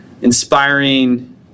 inspiring